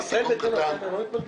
סליחה, תיקון קטן.